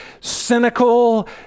cynical